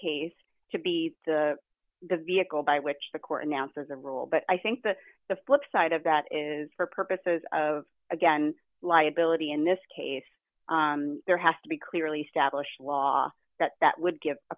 case to be the vehicle by which the court announces a rule but i think that the flipside of that is for purposes of again liability in this case there has to be clearly established law that would give a